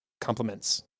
compliments